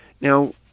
Now